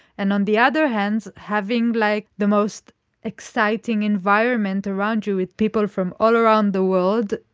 and on the other hand, having like the most exciting environment around you with people from all around the world,